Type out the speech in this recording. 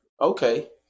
Okay